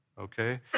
okay